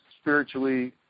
spiritually